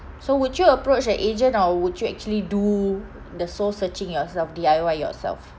so would you approach a agent or would you actually do the soul searching yourself D_I_Y yourself